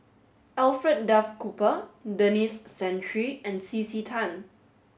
Alfred Duff Cooper Denis Santry and C C Tan